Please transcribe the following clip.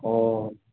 অঁ